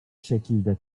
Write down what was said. şekilde